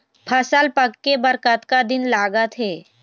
फसल पक्के बर कतना दिन लागत हे?